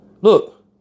Look